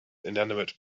inanimate